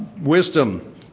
Wisdom